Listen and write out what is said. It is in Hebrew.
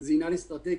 זה עניין אסטרטגי.